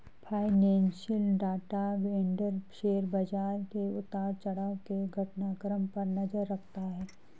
financial data vendor share बाजार के उतार चढ़ाव के घटनाक्रम पर नजर रखता है